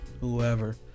whoever